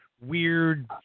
weird